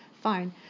fine